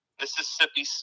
Mississippi